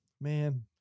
Man